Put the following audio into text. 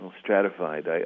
stratified